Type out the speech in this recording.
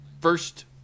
first